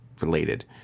related